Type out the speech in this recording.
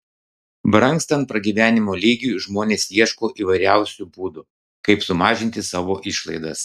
brangstant pragyvenimo lygiui žmonės ieško įvairiausių būdų kaip sumažinti savo išlaidas